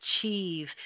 achieve